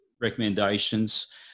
recommendations